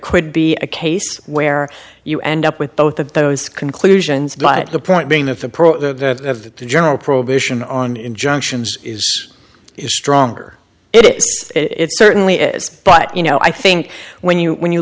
could be a case where you end up with both of those conclusions but the point being that the pro the general prohibition on injunctions is stronger it it certainly is but you know i think when you when you